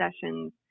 sessions